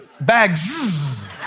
bags